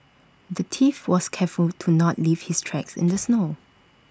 the thief was careful to not leave his tracks in the snow